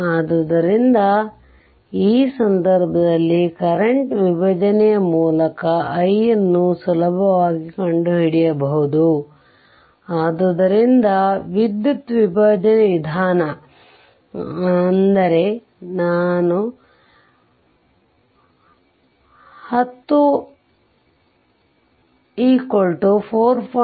ಆದ್ದರಿಂದ ಆ ಸಂದರ್ಭದಲ್ಲಿಕರೆಂಟ್ ವಿಭಜನೆಯ ಮೂಲಕ i ನ್ನು ಸುಲಭವಾಗಿ ಕಂಡುಹಿಡಿಯಬಹುದು ಆದ್ದರಿಂದ ವಿದ್ಯುತ್ ವಿಭಜನೆ ವಿಧಾನ ಆದ್ದರಿಂದ i 10 r 4